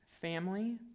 family